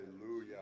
Hallelujah